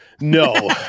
No